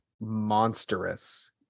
monstrous